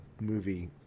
movie